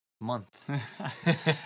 month